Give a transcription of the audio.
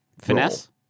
Finesse